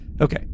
Okay